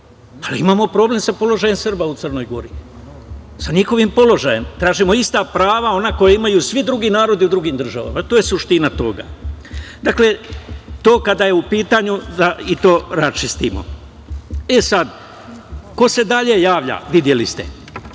ali imamo problem sa položajem Srba u Crnoj Gori, sa njihovim položajem. Tražimo ista prava, ona koja imaju svi drugi narodi u drugim državama. To je suština toga. Dakle, to kada je u pitanju da i to raščistimo. Sad, ko se dalje javlja, videli ste.